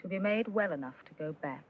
to be made well enough to go back